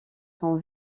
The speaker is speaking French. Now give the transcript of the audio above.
sont